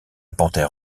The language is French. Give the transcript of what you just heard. panthère